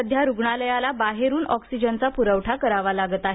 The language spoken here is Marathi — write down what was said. सध्या रुग्णालयाला बाहेरून ऑक्सिजनचा प्रवठा करावा लागत आहे